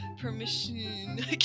Permission